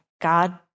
God